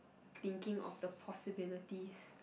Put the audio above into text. thinking of the possibilities